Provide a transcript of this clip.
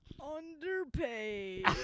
Underpaid